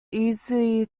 easy